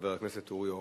חבר הכנסת אורי אורבך.